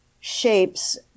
shapes